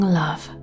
love